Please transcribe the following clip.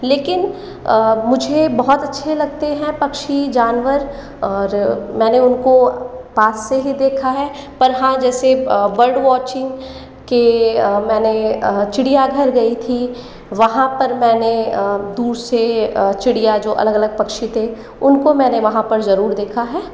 लेकिन मुझे बहुत अच्छे लगते हैं पक्षी जानवर और मैंने उनको पास से ही देखा है पर हाँ जैसे बर्डवोचिंग के मैंने चिड़ियाघर गई थी वहाँ पर मैंने दूर से चिड़िया जो अलग अलग पक्षी थे उनको मैंने वहाँ पर ज़रूर देखा है